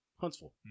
Huntsville